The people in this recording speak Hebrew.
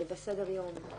בסדר-יום.